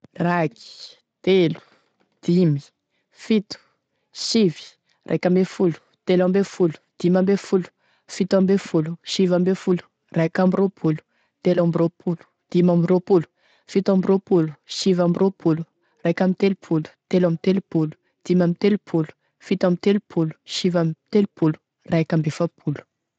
Raiky, telo, dimy, fito, sivy, raiky ambe folo, telo ambe folo, dimy ambe folo, fito ambe folo, sivy ambe folo, raiky ambe roapolo, telo ambe roapolo, dimy ambe roapolo, fito ambe roapolo, sivy ambe roapolo, raiky ambe telopolo, dimy ambe telopolo, fito ambe telopolo, sivy ambe telopolo, raiky ambe efapolo.